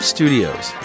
Studios